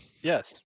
Yes